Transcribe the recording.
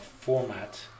format